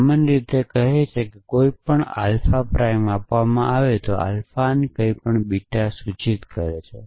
સામાન્ય રીતે કહે છે કે કોઈપણ આલ્ફાપ્રાઇમ આપવામાં આવે છે અને આલ્ફાની કંઈપણ બીટા સૂચિત કરે છે